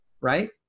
right